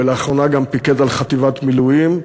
ולאחרונה פיקד גם על חטיבת מילואים,